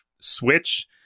switch